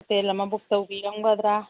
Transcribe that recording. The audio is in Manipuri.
ꯍꯣꯇꯦꯜ ꯑꯃ ꯕꯨꯛ ꯇꯧꯕꯤꯔꯝꯒꯗ꯭ꯔꯥ